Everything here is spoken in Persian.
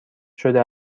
شده